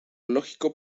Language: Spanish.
lógico